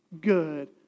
good